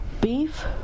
beef